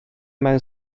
mewn